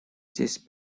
здесь